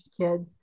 kids